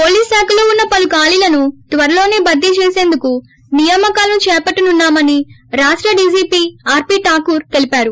police శాఖలో వున్న పలు కాళీలను త్వరలోనే భర్తీ చేసందుకు నియామకాలను చేపట్లనున్నామని రాష్ట డీజీపీ ఆర్పీ రాకూర్ తెలిపారు